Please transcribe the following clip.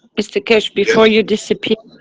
mr keshe, before you disappear,